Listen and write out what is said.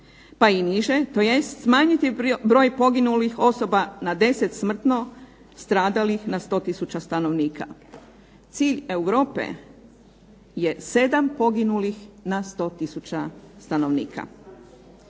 pa i niše, tj. smanjiti broj poginulih osoba na 10 smrtno stradalih na 100 tisuća stanovnika. Cilj Europe je 7 poginulih na 100 tisuća stanovnika.